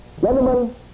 gentlemen